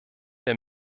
der